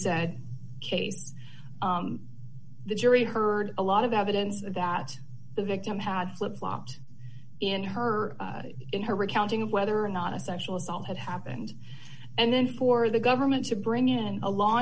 said the jury heard a lot of evidence that the victim had flip flopped in her in her recounting of whether or not essential assault had happened and then for the government to bring in a law